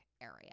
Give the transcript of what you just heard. area